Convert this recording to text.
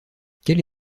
quelle